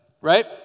right